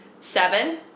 Seven